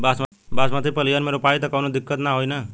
बासमती पलिहर में रोपाई त कवनो दिक्कत ना होई न?